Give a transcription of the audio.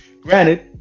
granted